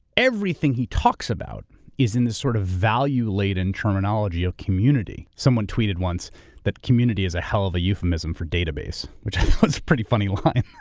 everything he talks about is in this sort of value-laden terminology of community. someone tweeted once that community is a hell of a euphemism for database, which was pretty funny line.